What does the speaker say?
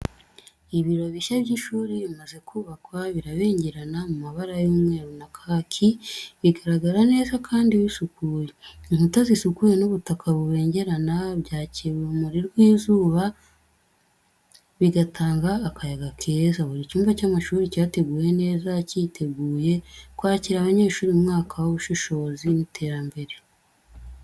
Ibiro bishya by’ishuri bimaze kubakwa birabengerana mu mabara y’umweru na kaki, bigaragara neza kandi bisukuye. Inkuta zisukuye n’ubutaka bubengerana byakira urumuri rw’izuba, bigatanga akayaga keza. Buri cyumba cy’amashuri cyateguwe neza, cyiteguye kwakira abanyeshuri mu mwuka w’ubushishozi n’iterambere.